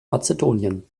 mazedonien